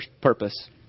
purpose